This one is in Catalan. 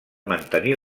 mantenir